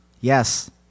Yes